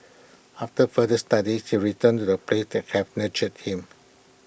after further studies he returned to the place that have nurtured him